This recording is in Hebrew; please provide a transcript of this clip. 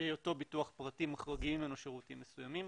בהיותו ביטוח פרטי מחריגים משירותים מסוימים.